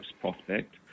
prospect